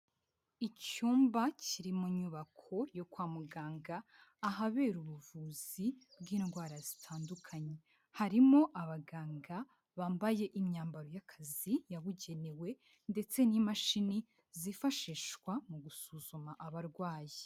Icyumba kiri mu nyubako yo kwa muganga ahabera ubuvuzi bw'indwara zitandukanye, harimo abaganga bambaye imyambaro y'akazi yabugenewe ndetse n'imashini zifashishwa mu gusuzuma abarwayi.